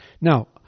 Now